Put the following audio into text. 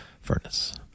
furnace